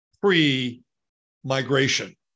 pre-migration